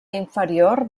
inferior